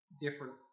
different